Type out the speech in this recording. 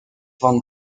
van